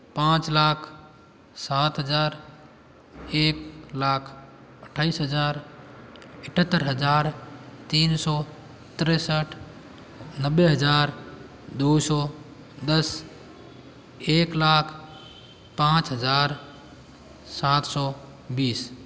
पाँच लाख सात हजार एक लाख अट्ठाईस हजार अठहत्तर हजार तीन सौ तिरेसठ नब्बे हजार दो सौ दस एक लाख पाँच हजार सात सौ बीस